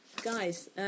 Guys